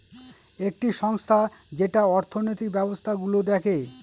একটি সংস্থা যেটা অর্থনৈতিক ব্যবস্থা গুলো দেখে